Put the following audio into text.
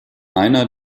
einer